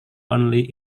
only